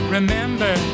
Remember